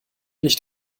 nicht